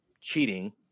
cheating